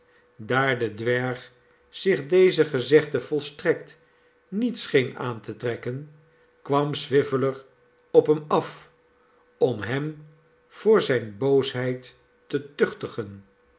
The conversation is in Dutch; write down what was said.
daar de dwerg zich deze gezegden volstrekt niet scheen aan te trekken kwam swiveller op hem af om hem voor zijne boosheid te tuchtigen